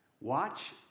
Watch